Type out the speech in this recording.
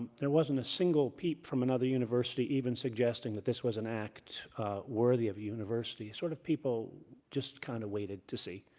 there wasn't a single peep from another university even suggesting that this was an act worthy of a university. sort of people just kind of waited to see.